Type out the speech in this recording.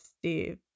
Steve